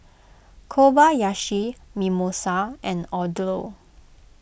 Kobayashi Mimosa and Odlo